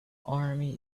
army